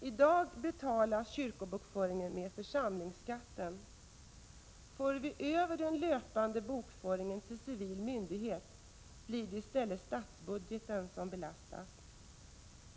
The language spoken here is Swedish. I dag betalas kyrkobokföringen med församlingsskatten. För vi över den löpande bokföringen till civil myndighet, blir det i stället statsbudgeten som belastas.